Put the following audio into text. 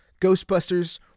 Ghostbusters